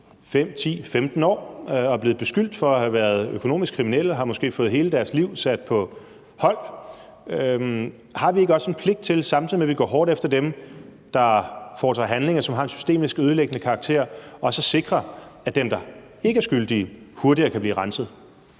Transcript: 5, 10, 15 år og blevet beskyldt for at have været økonomisk kriminelle og måske har fået hele deres liv sat på hold. Har vi ikke også en pligt til, at vi, samtidig med at vi går hårdt efter dem, der foretager handlinger, som har en systemisk ødelæggende karakter, sikrer, at dem, der ikke er skyldige, hurtigere kan blive renset?